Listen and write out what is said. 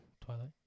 Twilight